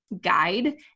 guide